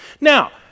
Now